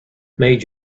made